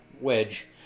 wedge